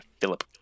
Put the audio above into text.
Philip